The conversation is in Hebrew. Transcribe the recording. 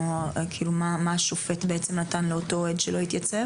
מה השופט בעצם נתן לאותו אוהד שלא התייצב?